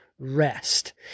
rest